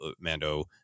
Mando